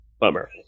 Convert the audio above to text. Bummer